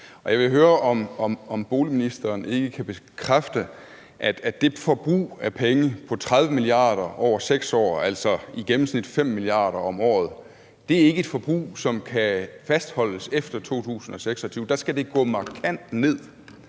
Jeg vil høre, om boligministeren ikke kan bekræfte, at det forbrug af penge på 30 mia. kr. over 6 år, altså i gennemsnit 5 mia. kr. om året, ikke er et forbrug, som kan fastholdes efter 2026. Der skal det gå markant ned.